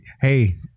hey